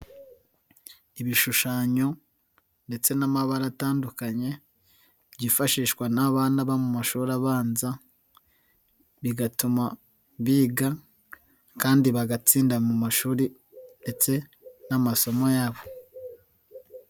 Ibishushanyo ndetse n'amabara atandukanye byifashishwa n'bana bo mu mashuri abanza bigatuma biga kandi bagatsinda mu mashuri ndetse n'amasomo yabo.